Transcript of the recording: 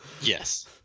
Yes